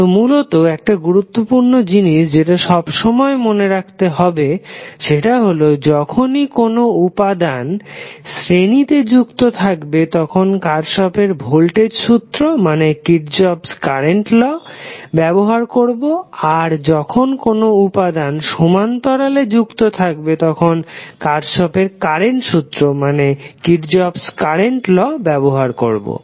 তো মূলত একটা গুরুত্বপূর্ণ জিনিস যেটা সবসময় মনে রাখতে হবে সেটা হলো যখনই কোনো উপাদান শ্রেণী তে যুক্ত থাকবে তখন কার্শফের ভোল্টেজ সূত্র Kirchhoff's voltage law ব্যবহার করবো আর যখন কোনো উপাদান সমান্তরালে যুক্ত থাকবে তখন কার্শফের কারেন্ট সূত্র Kirchhoff's current lawব্যবহার করবো